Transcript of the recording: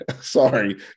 sorry